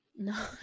No